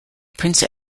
prince